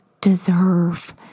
deserve